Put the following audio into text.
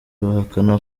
bahakana